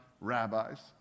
rabbis